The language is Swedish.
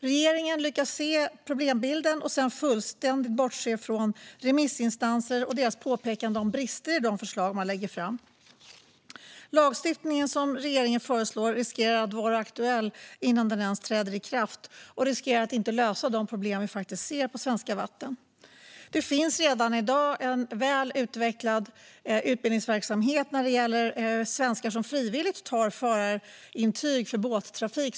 Regeringen lyckades se problembilden och sedan fullständigt bortse från remissinstanser och deras påpekanden om brister i de förslag den lägger fram. Lagstiftningen som regeringen föreslår riskerar att vara inaktuell innan den ens träder i kraft och riskerar att inte lösa de problem vi ser på svenska vatten. Det finns redan i dag en väl utvecklad utbildningsverksamhet när det gäller svenskar som frivilligt tar förarintyg för båttrafik.